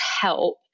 help